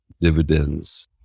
dividends